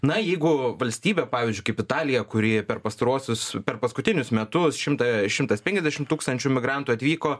na jeigu valstybė pavyzdžiui kaip italija kuri per pastaruosius per paskutinius metus šimtą šimtas penkiasdešimt tūkstančių migrantų atvyko